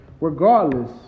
regardless